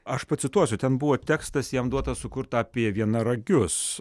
aš pacituosiu ten buvo tekstas jam duotas sukurt apie vienaragius